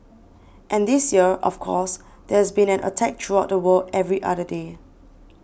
and this year of course there has been an attack throughout the world every other day